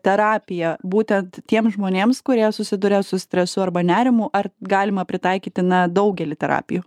terapija būtent tiems žmonėms kurie susiduria su stresu arba nerimu ar galima pritaikyti na daugelį terapijų